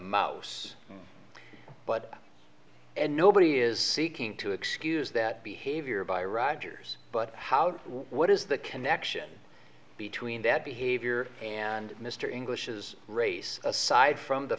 mouse but and nobody is seeking to excuse that behavior by rogers but how do what is the connection between that behavior and mr english is race aside from the